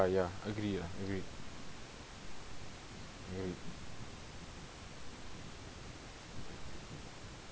ya ya agree ah agree